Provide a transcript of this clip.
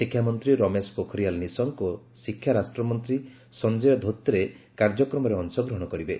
ଶିକ୍ଷାମନ୍ତ୍ରୀ ରମେଶ ପୋଖରିଆଲ୍ ନିଶଙ୍କ ଓ ଶିକ୍ଷା ରାଷ୍ଟ୍ରମନ୍ତ୍ରୀ ସଞ୍ଜୟ ଧୋତ୍ରେ କାର୍ଯ୍ୟକ୍ରମରେ ଅଂଶଗ୍ରହଣ କରିବେ